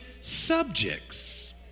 subjects